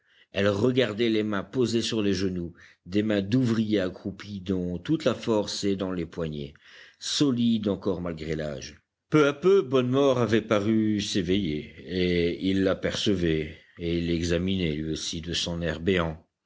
elle regardait les mains posées sur les genoux des mains d'ouvrier accroupi dont toute la force est dans les poignets solides encore malgré l'âge peu à peu bonnemort avait paru s'éveiller et il l'apercevait et il l'examinait lui aussi de son